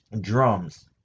drums